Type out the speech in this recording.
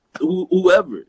whoever